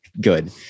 Good